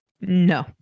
No